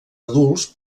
adults